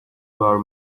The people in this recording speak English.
were